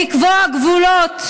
שיצאו לנו מהכיס.